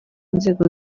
nzego